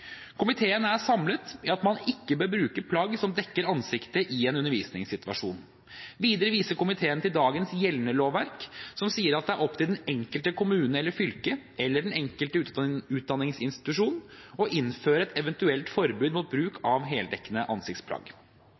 Komiteen er samlet i at man ikke bør bruke plagg som dekker ansiktet, i en undervisningssituasjon. Videre viser komiteen til dagens gjeldende lovverk, som sier at det er opp til den enkelte kommune, det enkelte fylke eller den enkelte utdanningsinstitusjon å innføre et eventuelt forbud mot bruk av heldekkende ansiktsplagg.